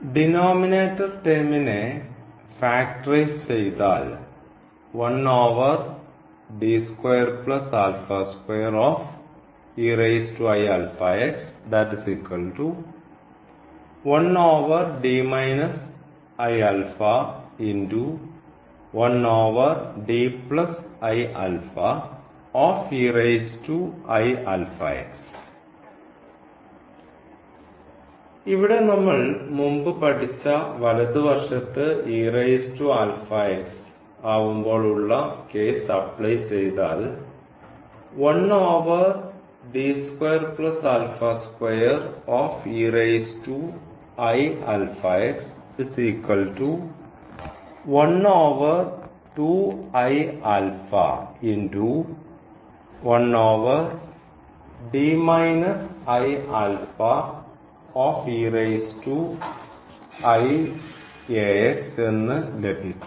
denominator ടേമിനെ factorise ചെയ്താൽ ഇവിടെ നമ്മൾ മുമ്പ് പഠിച്ച വലതുവശത്ത് ആവുമ്പോൾ ഉള്ള കേസ് അപ്ലൈ ചെയ്താൽ എന്ന് ലഭിക്കുന്നു